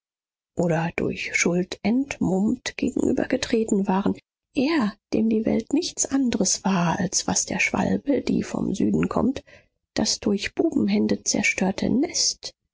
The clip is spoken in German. oder durch schuld entmummt gegenübergetreten waren er dem die welt nichts andres war als was der schwalbe die vom süden kommt das durch bubenhände zerstörte nest